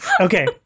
okay